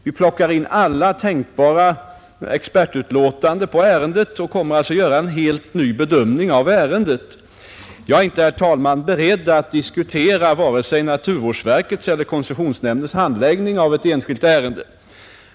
Vi hämtar in alla tänkbara expertutlåtanden i ärendet och kommer alltså att göra en total bedömning av det. Jag är inte, herr talman, beredd att diskutera vare sig naturvårdsverkets eller koncessionsnämndens handläggning av ett enskilt ärende.